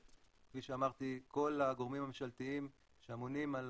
כפי שאמרתי, שכל הגורמים הממשלתיים שאמונים על